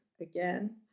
again